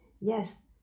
yes